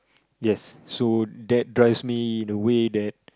yes so that drives me in a way that